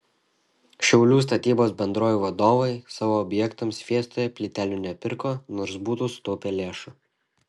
šiaulių statybos bendrovių vadovai savo objektams fiestoje plytelių nepirko nors būtų sutaupę lėšų